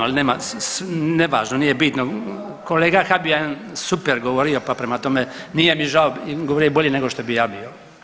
Ali nevažno, nije bitno kolega Habijan super govorio pa prema tome nije mi žao, govorio je bolje nego što bi ja bio.